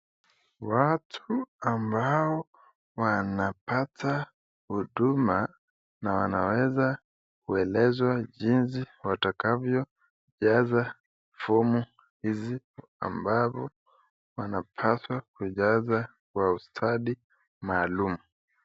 Watu ambao wanapata huduma na wanaweza kuelezwa jinsi watakavyojaza fomu hizi ambavyo wanapaswa kujaza kwa ustadi maalum.